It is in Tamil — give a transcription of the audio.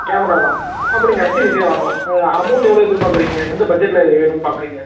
கேமரா தான் அப்போது நீங்கள் எஃப் சீரிஸ்ஸே வாங்கலாம் அமௌண்ட் எவ்வளோ எதிர்பார்க்கிறீங்க எந்த பட்ஜெட்டில் வேணும்னு பார்க்குறீங்க